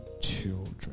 children